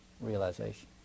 realization